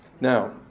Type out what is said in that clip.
Now